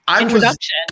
introduction